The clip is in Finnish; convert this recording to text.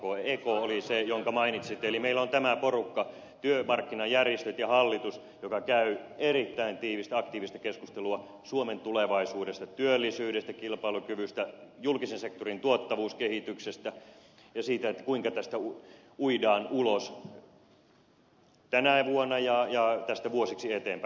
ek oli se jonka mainitsitte eli meillä on tämä porukka työmarkkinajärjestöt ja hallitus joka käy erittäin tiivistä aktiivista keskustelua suomen tulevaisuudesta työllisyydestä kilpailukyvystä julkisen sektorin tuottavuuskehityksestä ja siitä kuinka tästä uidaan ulos tänä vuonna ja tästä vuosiksi eteenpäin